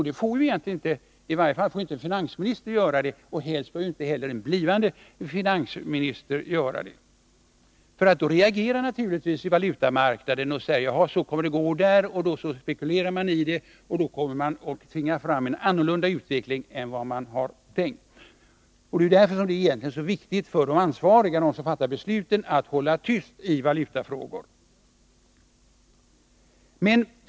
Det får i varje fall inte en finansminister göra och helst inte heller en blivande finansminister. Då reagerar naturligtvis valutamarknaden och säger: ”Så kommer det att gå där.” Och så spekulerar man i det och tvingar fram en annorlunda utveckling än den som var tänkt. Därför är det så viktigt att de ansvariga, de som fattar besluten, håller tyst i valutafrågor.